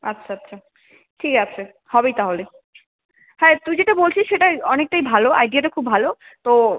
আচ্ছা আচ্ছা ঠিক আছে হবেই তাহলে হ্যাঁ তুই যেটা বলছিস সেটা অনেকটাই ভালো আইডিয়াটা খুব ভালো তো